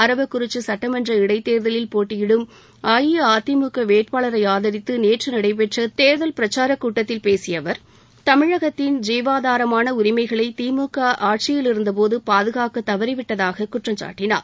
அரவக்குறிச்சி சுட்டமன்ற இடைத் தேர்தலில் போட்டியிடும் அஇஅதிமுக வேட்பாளரை ஆதரித்து நேற்று நடைபெற்ற தேர்தல் பிரச்சாரக் கூட்டத்தில் பேசிய அவர் தமிழகத்தின் ஜீவாதாரமான உரிமைகளை திமுக ஆட்சியிலிருந்தபோது பாதுகாக்க தவறிவிட்டதாக குற்றம் சாட்டினார்